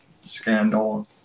scandal